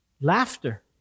laughter